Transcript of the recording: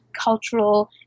cultural